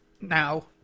Now